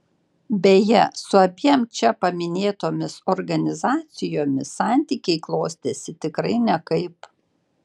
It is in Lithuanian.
beje su abiem čia paminėtomis organizacijomis santykiai klostėsi tikrai nekaip